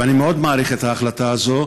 ואני מאוד מעריך את ההחלטה הזו,